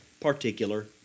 particular